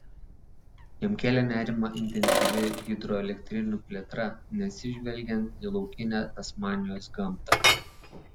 jam kėlė nerimą intensyvi hidroelektrinių plėtra neatsižvelgiant į laukinę tasmanijos gamtą